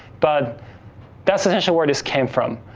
but that's essentially where this came from.